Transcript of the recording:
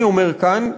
אני אומר כאן,